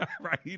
right